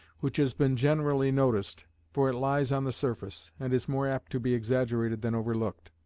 which has been generally noticed, for it lies on the surface, and is more apt to be exaggerated than overlooked.